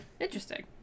Interesting